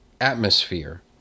atmosphere